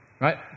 right